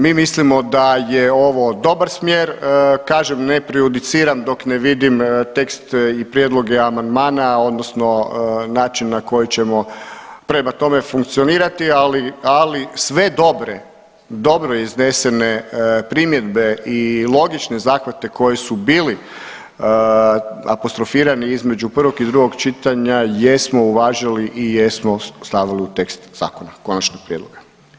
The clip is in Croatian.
Mi mislimo da je ovo dobar smjer, kažem, ne prejudiciram dok ne vidim tekst i prijedloge amandmana, odnosno način na koji ćemo prema tome funkcionirati, ali sve dobre, dobro iznesene primjedbe i logične zahvate koji su bili apostrofirani između prvog i drugog čitanja jesmo uvažili i jesmo stavili u tekst zakona, konačnog prijedloga.